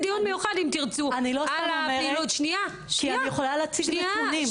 אני לא סתם אומרת אני יכולה להציג נתונים.